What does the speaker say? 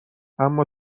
اما